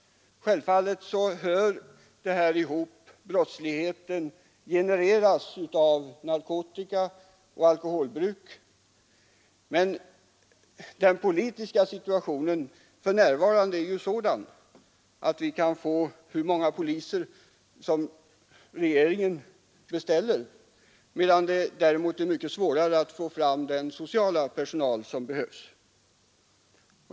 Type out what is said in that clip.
Självfallet hör missbruk och brottslighet ihop. Brottsligheten genereras av narkotikaoch alkoholbruk. Men den politiska situationen är ju för närvarande sådan att vi kan få så många poliser som regeringen begär, medan det är mycket svårare att få fram den sociala personal som behövs.